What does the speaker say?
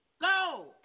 Go